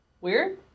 Weird